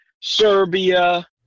Serbia